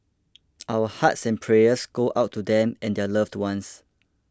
our hearts and prayers go out to them and their loved ones